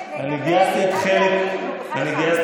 לא,